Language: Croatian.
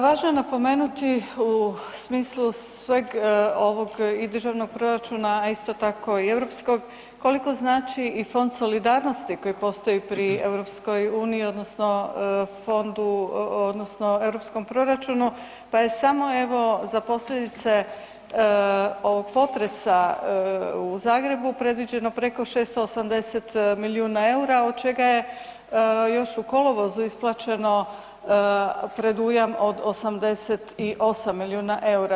Važno je napomenuti u smislu sveg ovog i državnog proračuna, a isto tako i europskog koliko znači i fond solidarnosti koji postoji pri EU odnosno fond u, odnosno europskom proračunu, pa je samo evo za posljedice ovog potresa u Zagrebu predviđeno preko 680 milijuna EUR-a, od čega je još u kolovozu isplaćeno predujam od 88 milijuna EUR-a.